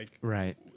Right